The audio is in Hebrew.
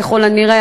ככל הנראה,